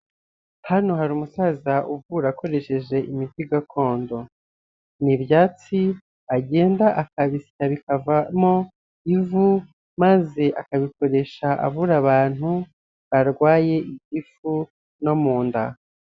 Hano hari umusaza uvura akoresheje imiti gakondo, ni ibyatsi agenda akabiswa bikavamo ivu maze akabikoresha avura abantu barwaye igifu no mu nda.